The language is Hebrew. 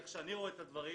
איך שאני רואה את הדברים,